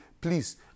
Please